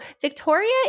Victoria